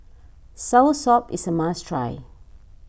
Soursop is a must try